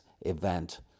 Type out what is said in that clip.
event